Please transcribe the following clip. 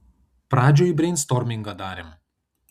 pradžioj breinstormingą darėm